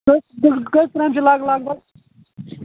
کٔژ کٔژ ترٛامہِ چھِ لَگ لَگ بَگ